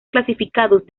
clasificados